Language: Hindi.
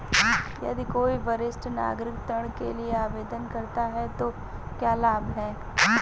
यदि कोई वरिष्ठ नागरिक ऋण के लिए आवेदन करता है तो क्या लाभ हैं?